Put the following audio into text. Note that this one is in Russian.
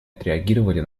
отреагировали